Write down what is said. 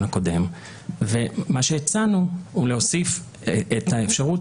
הקודם ומה שהצענו הוא להוסיף את האפשרות,